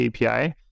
API